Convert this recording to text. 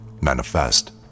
manifest